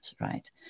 right